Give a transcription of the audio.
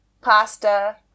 pasta